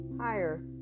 higher